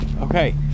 Okay